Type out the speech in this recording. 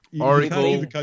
Oracle